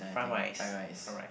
fried rice fried rice